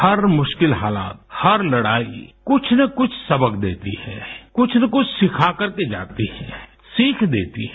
हर मुश्किल हालात हर लड़ाई कुछ न कुछ सबक देती है कुछ न कुछ सिखा करके जाती है सीख देती है